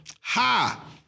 Ha